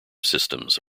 systems